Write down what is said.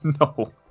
No